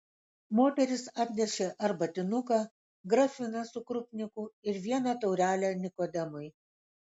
moteris atnešė arbatinuką grafiną su krupniku ir vieną taurelę nikodemui